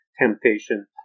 temptation